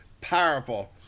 powerful